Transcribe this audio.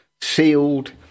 sealed